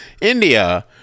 india